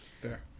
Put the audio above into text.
Fair